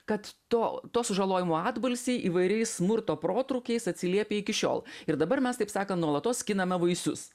kad to to sužalojimo atbalsiai įvairiais smurto protrūkiais atsiliepia iki šiol ir dabar mes taip sakant nuolatos skiname vaisius